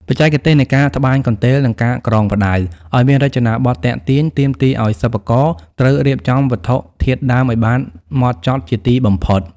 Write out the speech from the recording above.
បច្ចេកទេសនៃការត្បាញកន្ទេល និងការក្រងផ្ដៅឱ្យមានរចនាប័ទ្មទាក់ទាញ ទាមទារឱ្យសិប្បករត្រូវរៀបចំវត្ថុធាតុដើមឱ្យបានហ្មត់ចត់ជាទីបំផុត។